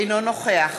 אינו נוכח